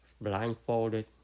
blindfolded